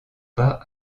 pas